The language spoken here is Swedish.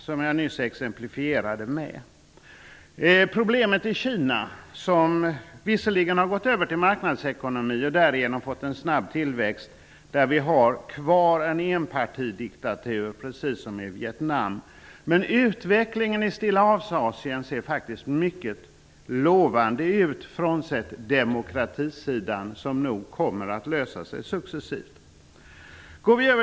Det är alltså ett av exemplen. I Kina har man visserligen gått över till marknadsekonomi och därigenom fått en snabb tillväxt. Där har man dock kvar en enpartidiktatur precis som i Vietnam. Utvecklingen i Stilla havs-Asien ser mycket lovande ut, bortsett från demokratisidan. Men även därvidlag kommer nog problemen att lösas successivt.